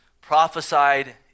prophesied